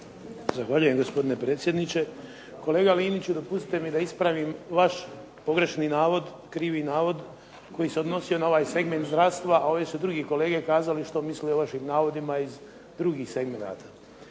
Zahvaljujem gospodine predsjedniče. Kolega Liniću dopustite mi da ispravim vaš pogrešni navod, krivi navod koji se odnosio na ovaj segment zdravstva a ovi su drugi kolege kazali što misle o vašim navodima iz drugih segmenata.